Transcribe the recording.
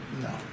no